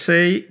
Say